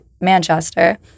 Manchester